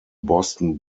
boston